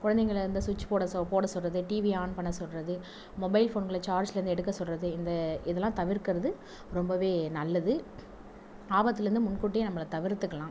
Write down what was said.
குழந்தைங்கள இந்த சுவீட்ச் போர்டு போட சொல்கிறது டிவி ஆன் பண்ண சொல்கிறது மொபைல் ஃபோன்களை சார்ஜில் இருந்து எடுக்க சொல்கிறது இந்த இதெலான் தவிர்க்கிறது ரொம்ப நல்லது ஆபத்திலேருந்து முன் கூட்டியே நம்மள தவிர்த்துக்கலாம்